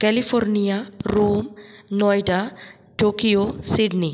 California Rome Noida Tokyo Sydney